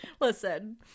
Listen